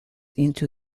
into